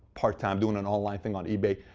part time doing an online thing on ebay.